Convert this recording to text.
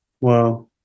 Wow